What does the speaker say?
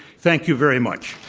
thank you very much.